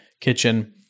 kitchen